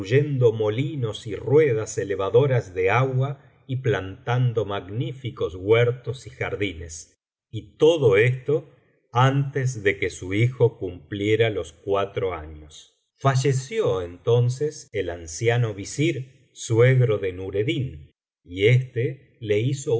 construyendo molinos y ruedas elevadoras de agua y plantando magníficos huertos y jardines y todo esto antes de que su hijo cumpliera los cuatro años falleció entonces el anciano visir suegro de nuredclin y éste le hizo